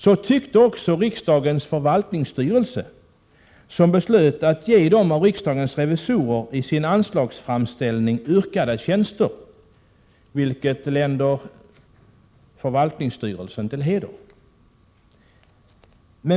Det tyckte också riksdagens förvaltningsstyrelse som beslöt att ge riksdagens revisorer de tjänster som de hade yrkat på i sin anslagsframställning, vilket länder förvaltningsstyrelsen till heder.